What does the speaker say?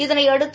இதனையடுத்து